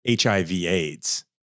HIV/AIDS